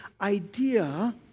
idea